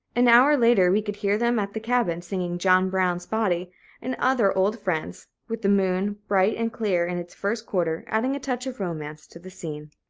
an hour later, we could hear them at the cabin, singing john brown's body and other old friends with the moon, bright and clear in its first quarter, adding a touch of romance to the scene.